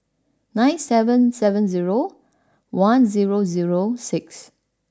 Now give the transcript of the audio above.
nine seven seven zero one zero zero six